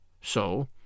So